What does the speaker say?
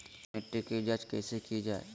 लवन मिट्टी की जच कैसे की जय है?